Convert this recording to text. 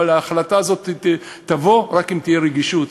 אבל ההחלטה הזאת תבוא רק אם תהיה רגישות.